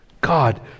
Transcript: God